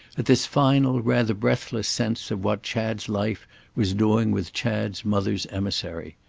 at this final rather breathless sense of what chad's life was doing with chad's mother's emissary.